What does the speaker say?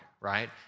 right